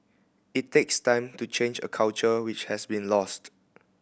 it takes time to change a culture which has been lost